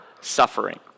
suffering